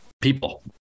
people